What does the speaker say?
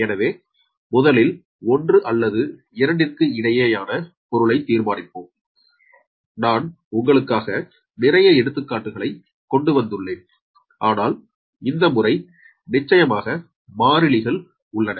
எனவே முதலில் 1 அல்லது 2 ற்கு இடையேயான பொருளை தீர்மானிப்போம் நான் உங்களுக்காக நிறைய எடுத்துக்காட்டுகளை கொண்டுவந்துள்ளேன் ஆனால் இந்த முறை நிச்சையமாக மாறிலிகள் உள்ளன